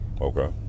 Okay